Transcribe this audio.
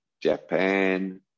Japan